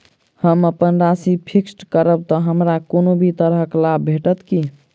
हम अप्पन राशि फिक्स्ड करब तऽ हमरा कोनो भी तरहक लाभ भेटत की?